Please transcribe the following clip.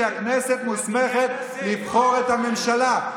והכנסת מוסמכת לבחור את הממשלה.